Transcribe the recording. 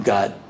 God